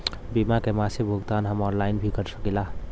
बीमा के मासिक भुगतान हम ऑनलाइन भी कर सकीला?